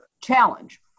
challenge